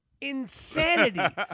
insanity